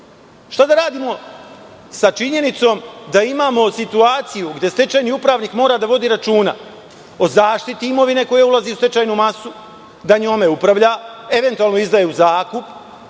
Šta da radimo sa činjenicom da imamo situaciju gde stečajni upravnik mora da vodi računa o zaštiti imovine koja ulazi u stečajnu masu, da njome upravlja, eventualno izdaje u zakup,